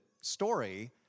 story